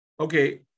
Okay